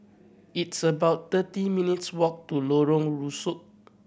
it's about thirty minutes' walk to Lorong Rusuk